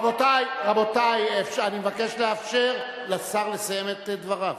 רבותי, אני מבקש לאפשר לשר לסיים את דבריו.